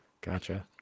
gotcha